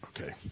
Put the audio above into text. Okay